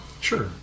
Sure